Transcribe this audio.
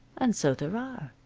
and so there are.